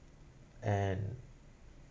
and